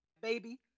baby